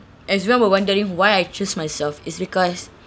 as one will wondering why I choose myself is because